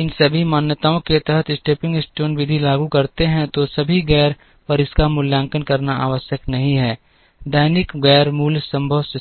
इन सभी मान्यताओं के तहत स्टेपिंग स्टोन विधि लागू करते हैं तो सभी गैर पर इसका मूल्यांकन करना आवश्यक नहीं है दैनिक गैर मूल संभव स्थिति